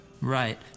Right